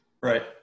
Right